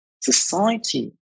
society